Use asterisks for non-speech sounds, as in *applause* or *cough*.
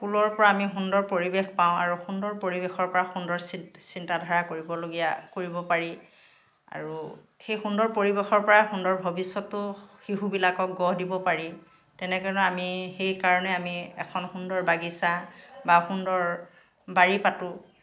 ফুলৰ পৰা আমি সুন্দৰ পৰিৱেশ পাওঁ আৰু সুন্দৰ পৰিৱেশৰ পৰা সুন্দৰ চিন্তাধাৰা কৰিবলগীয়া কৰিব পাৰি আৰু সেই সুন্দৰ পৰিৱেশৰ পৰা সুন্দৰ ভৱিষ্যতো শিশুবিলাকক গঢ় দিব পাৰি তেনে *unintelligible* আমি সেইকাৰণে আমি এখন সুন্দৰ বাগিছা বা সুন্দৰ বাৰী পাতোঁ